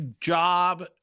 job